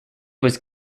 was